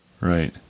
Right